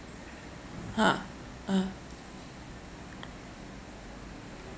ha ah